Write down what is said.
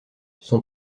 son